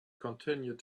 continued